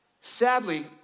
Sadly